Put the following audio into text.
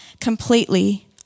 completely